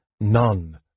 None